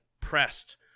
pressed